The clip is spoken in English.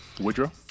Woodrow